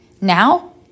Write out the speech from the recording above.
Now